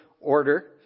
order